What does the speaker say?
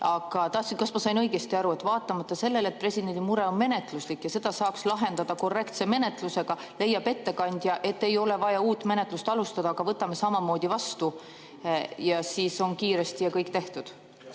ettekandjat. Kas ma sain õigesti aru, et vaatamata sellele, et presidendi mure on menetluslik ja seda saaks lahendada korrektse menetlusega, leiab ettekandja, et ei ole vaja uut menetlust alustada, vaid võtame [seaduse] samamoodi vastu ja siis on kiiresti ja kõik tehtud?